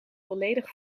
volledig